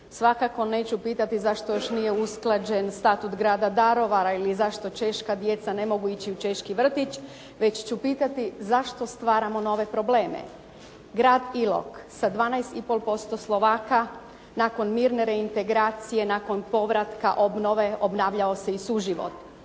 Svakako neću pitati zašto još nije usklađen Statut grada Daruvara ili zašto češka djeca ne mogu ići u češki vrtić već ću pitati zašto stvaramo nove probleme. Grad Ilok sa 12,5% Slovaka nakon mirne reintegracije, nakon povratka, obnove obnavljao se i suživot.